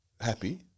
happy